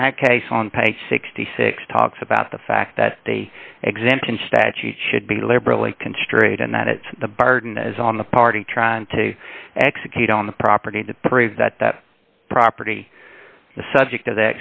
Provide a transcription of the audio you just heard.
and that case on page sixty six dollars talks about the fact that the exemption statute should be liberally can straighten that it's the burden is on the party trying to execute on the property to prove that that property the subject of